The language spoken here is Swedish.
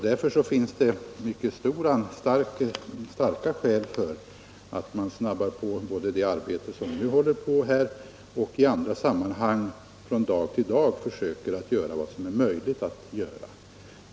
Därför finns det starka skäl för att man både snabbar på det arbete som nu pågår och i andra sammanhang från dag till dag försöker göra vad som är möjligt att göra.